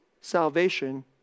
salvation